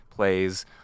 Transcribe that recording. plays